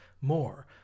more